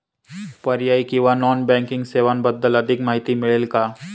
पर्यायी किंवा non banking सेवांबद्दल अधिक माहिती मिळेल का?